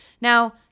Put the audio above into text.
Now